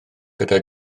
gyda